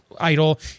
idol